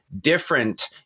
different